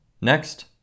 Next